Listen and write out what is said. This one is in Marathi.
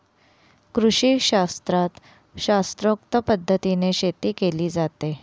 कृषीशास्त्रात शास्त्रोक्त पद्धतीने शेती केली जाते